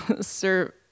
sir